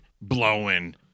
blowing